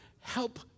help